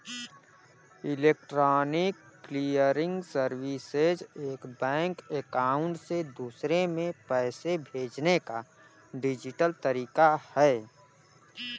electronic clearing services एक bank account से दूसरे में पैसे भेजने का डिजिटल तरीका है